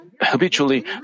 habitually